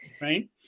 right